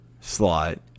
slot